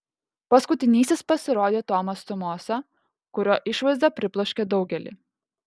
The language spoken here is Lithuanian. paskutinysis pasirodė tomas tumosa kurio išvaizda pribloškė daugelį